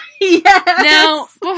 Yes